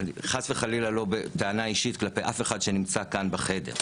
חס וחלילה לא בטענה אישית כלפי אף אחד שנמצא כאן בחדר.